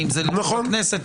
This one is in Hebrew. האם זה לחוק הכנסת,